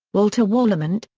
walter warlimont,